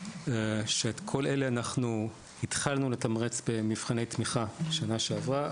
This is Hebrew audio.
את כל אלה אנחנו התחלנו לתמרץ במבחני תמיכה בשנה שעברה,